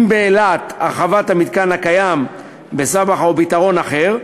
אם באילת, הרחבת המתקן הקיים בסבחה או פתרון אחר,